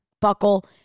Buckle